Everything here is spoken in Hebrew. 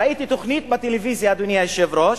ראיתי תוכנית בטלוויזיה, אדוני היושב-ראש,